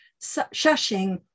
shushing